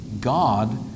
God